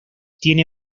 tiene